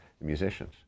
musicians